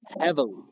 heavily